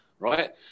Right